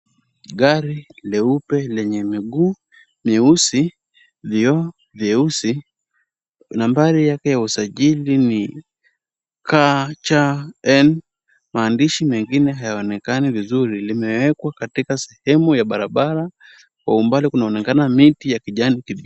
Gari leupe lenye miguu meusi, vioo vyeusi, nambari yake usajili ni KCN. Maandishi mengine hayaonekani vizuri. Limewekwa katika sehemu ya barabara, kwa umbali kunaonekana miti ya kijani kibichi.